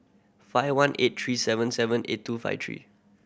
five one eight three seven seven eight two five three